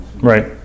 Right